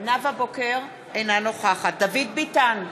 אינה נוכחת דוד ביטן,